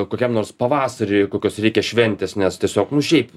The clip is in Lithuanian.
kokiam nors pavasariui kokios reikia šventės nes tiesiog nu šiaip